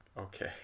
Okay